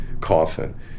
coffin